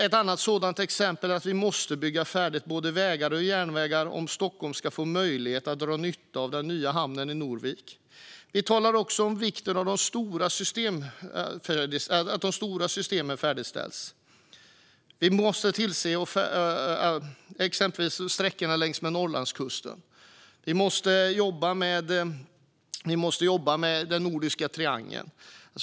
Ett annat sådant exempel är att vi måste bygga färdigt både vägar och järnvägar om Stockholm ska få möjlighet att dra nytta av den nya hamnen i Norvik. Vi talar också om vikten av att de stora systemen färdigställs. Det gäller exempelvis sträckorna längs med Norrlandskusten. Vi måste jobba med den nordiska triangeln.